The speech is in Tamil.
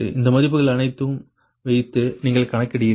இந்த மதிப்புகள் அனைத்தையும் வைத்து நீங்கள் கணக்கிடுகிறீர்கள்